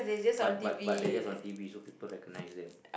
but but but they are just on T_V so people recognise them